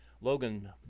Logan